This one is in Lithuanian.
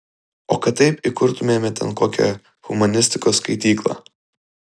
o kad taip įkurtumėme ten kokią humanistikos skaityklą